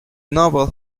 novel